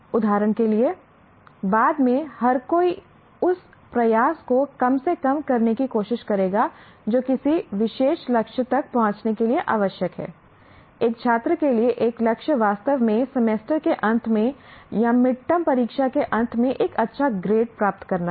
उदाहरण के लिए बाद में हर कोई उस प्रयास को कम से कम करने की कोशिश करेगा जो किसी विशेष लक्ष्य तक पहुंचने के लिए आवश्यक है एक छात्र के लिए एक लक्ष्य वास्तव में सेमेस्टर के अंत में या मिडटर्म परीक्षा के अंत में एक अच्छा ग्रेड प्राप्त करना है